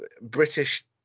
British